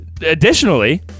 additionally